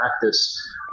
practice